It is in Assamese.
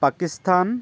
পাকিস্তান